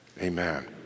amen